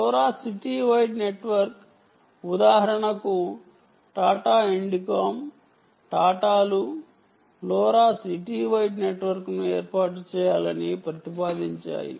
LoRa city wide network ఉదాహరణకు టాటా ఇండికోమ్ టాటా లు LoRa city wide నెట్వర్క్ను ఏర్పాటు చేయాలని ప్రతిపాదించాయి